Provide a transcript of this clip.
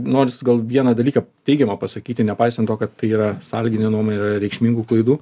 norisi gal vieną dalyką teigiamą pasakyti nepaisant to kad tai yra sąlyginė nuomonė ir yra reikšmingų klaidų